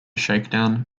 shakedown